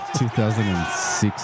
2006